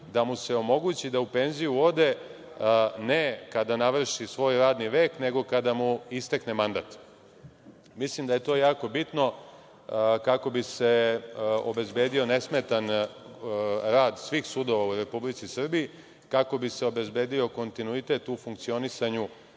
da mu se omogući da u penziju ode, ne kada navrši svoj radni vek, nego kada mu istekne mandat. Mislim da je to jako bitno kako bi se obezbedio nesmetan rad svih sudova u Republici Srbiji, kako bi se obezbedio kontinuitet u funkcionisanju